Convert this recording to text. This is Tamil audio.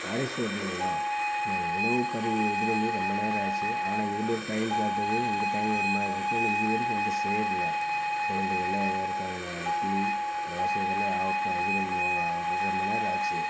ஆரீஸ் ஓட்டலுங்களா நான் உணவு பதிவு இதுப் பண்ணி ரெம்ப நேரம் ஆச்சு ஆனால் இதில் ஒரு டைம் காட்டுது உங்கள் டைம் ஒரு மாதிரி இருக்குது இன்னும் இது வரைக்கும் வந்து சேரல குலந்தைகள்லாம் இதாக இருக்காங்கண்ணா இட்லி தோசை இதெல்லாம் ஆக இப்போ இதுப் பண்ணி வ ரொம்ப நேரம் ஆச்சு